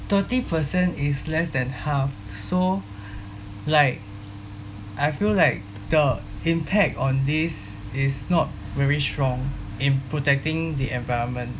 thirty percent is less than half so like I feel like the impact on this is not very strong in protecting the environment